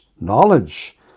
knowledge